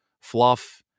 fluff